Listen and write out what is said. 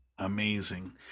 Amazing